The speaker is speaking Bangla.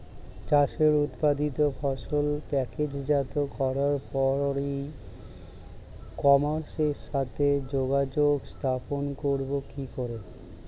চাষের উৎপাদিত ফসল প্যাকেটজাত করার পরে ই কমার্সের সাথে যোগাযোগ স্থাপন করব কি করে?